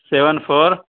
seven four